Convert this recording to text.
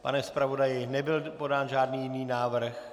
Pane zpravodaji, nebyl podán žádný jiný návrh?